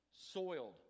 soiled